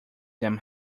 them